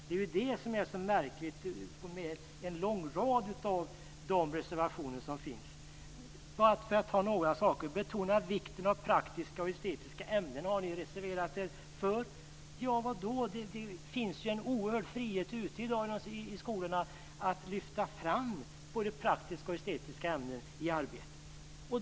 Jag ska ta några exempel från den långa rad av reservationer som finns. Att vi ska betona vikten av praktiska och estetiska ämnen har ni reserverat er för. Men det finns ju redan i dag en oerhörd frihet ute på skolorna att lyfta fram både praktiska och estetiska ämnen i arbetet.